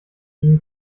ihnen